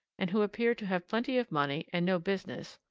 and who appeared to have plenty of money and no business,